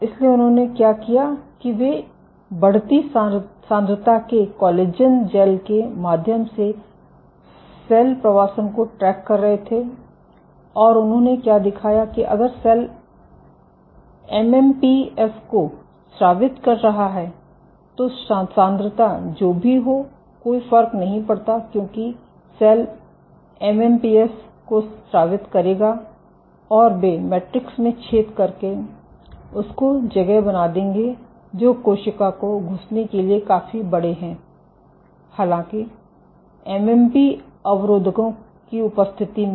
इसलिए उन्होंने क्या किया कि वे बढ़ती सांद्रता के कोलेजन जैल के माध्यम से सेल प्रवासन को ट्रैक कर रहे थे और उन्होंने क्या दिखाया कि अगर सेल एमएमपीस को स्रावित कर रहा है तो सांद्रता जो भी हो कोई फर्क नहीं पड़ता क्योंकि सेल एमएमपीस को स्रावित करेगा और वे मैट्रिक्स में छेद करके उसको जगह बना देंगे जो कोशिका को घुसने के लिए काफी बड़े हैं हालांकि एमएमपी अवरोधकों की उपस्थिति में